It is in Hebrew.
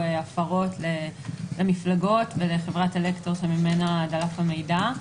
הפרות למפלגות ולחברת אלקטור שממנה דלף המידע.